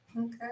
Okay